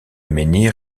menhir